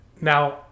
Now